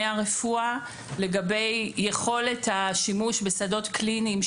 הרפואה לגבי יכולת השימוש בשדות קליניים,